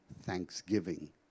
thanksgiving